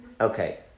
Okay